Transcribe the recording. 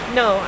no